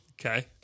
Okay